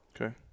Okay